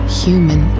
human